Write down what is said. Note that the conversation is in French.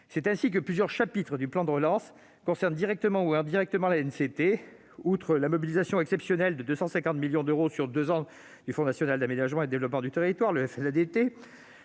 C'est ainsi que plusieurs chapitres du plan de relance concernent directement ou indirectement l'ANCT. Outre la mobilisation exceptionnelle de 250 millions d'euros sur deux ans du Fonds national d'aménagement et développement du territoire, le FNADT,